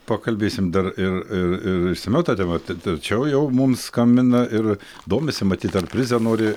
pakalbėsim dar ir ir ir išsamiau ta tema tačiau jau mums skambina ir domisi matyt ar prizo nori